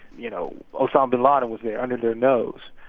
you know osama bin laden was there under their nose.